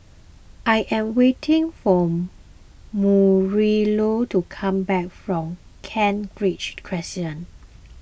I am waiting for Marilou to come back from Kent Ridge Crescent